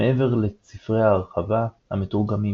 מעבר לספרי ההרחבה המתורגמים,